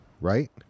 right